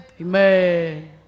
Amen